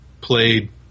played